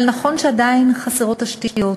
אבל נכון שעדיין חסרות תשתיות.